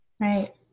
Right